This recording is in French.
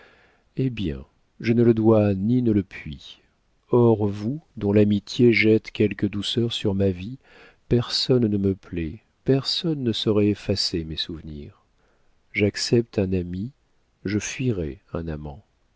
eh bien je ne le dois ni ne le puis hors vous dont l'amitié jette quelques douceurs sur ma vie personne ne me plaît personne ne saurait effacer mes souvenirs j'accepte un ami je fuirais un amant